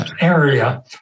area